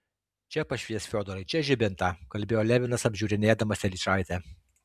čia pašviesk fiodorai čia žibintą kalbėjo levinas apžiūrinėdamas telyčaitę